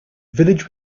village